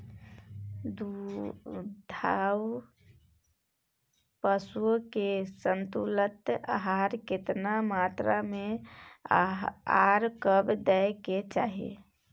दुधारू पशुओं के संतुलित आहार केतना मात्रा में आर कब दैय के चाही?